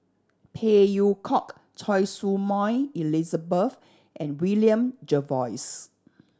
Phey Yew Kok Choy Su Moi Elizabeth and William Jervois